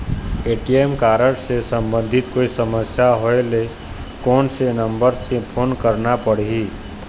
ATM card से संबंधित कोई समस्या होय ले, कोन से नंबर से फोन करना पढ़ही?